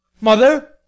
Mother